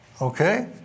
Okay